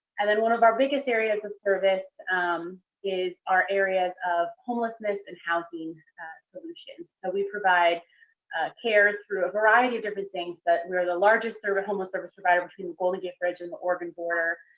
and then one of our biggest areas of service um is our areas of homelessness and housing solutions. so we provide care through a variety of different things that, we are the largest service homeless service provider between the golden gate bridge and the oregon border,